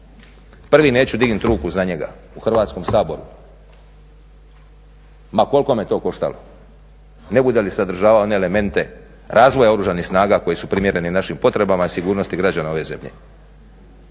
prvi neću dignuti ruku za njega u Hrvatskom saboru ma koliko me to koštalo ne bude li sadržavao one elemente razvoja Oružanih snaga koje su primjerene našim potrebama i sigurnosti građana ove zemlje.